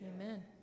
Amen